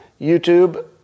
YouTube